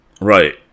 Right